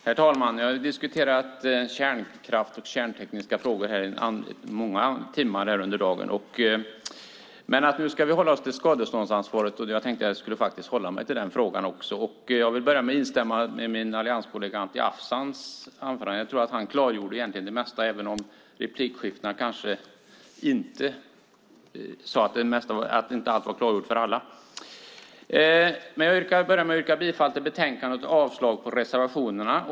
Herr talman! Vi har diskuterat kärnkraft och kärnkraftstekniska frågor i många timmar här under dagen. Men nu ska vi hålla oss till skadeståndsansvaret, och jag tänker faktiskt hålla mig till den frågan också. Jag vill instämma i min allianskollega Anti Avsans anförande. Jag tror att han egentligen klargjorde det mesta, även om replikskiftena kanske inte klargjorde allt för alla. Jag börjar med att yrka bifall till förslaget i betänkandet och avslag på reservationerna.